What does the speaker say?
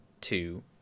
two